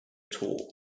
taught